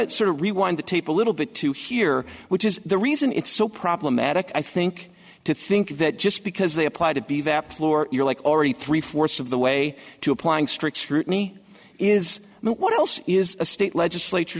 to sort of rewind the tape a little bit to here which is the reason it's so problematic i think to think that just because they apply to be that floor you're like already three fourths of the way to applying strict scrutiny is what else is a state legislature